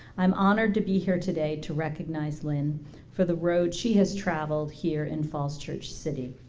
i'm honored to be here today to recognize lynn for the road she has traveled here in falls church city.